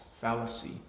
fallacy